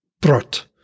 Brot